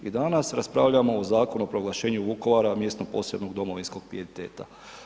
I danas raspravljamo o Zakonu o proglašenju Vukovara mjestom posebnog domovinskog pijeteta.